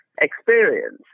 experience